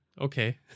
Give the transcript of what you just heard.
okay